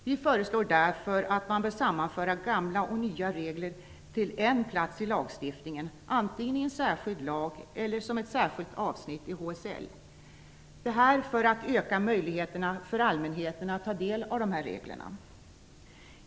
Vi föreslår därför att man sammanför gamla och nya regler till en plats i lagstiftningen, antingen i en särskild lag eller som ett särskilt avsnitt i HSL, detta för att öka möjligheterna för allmänheten att ta del av reglerna.